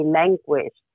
language